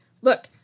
Look